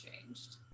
changed